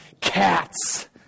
cats